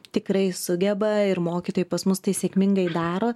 tikrai sugeba ir mokytojai pas mus tai sėkmingai daro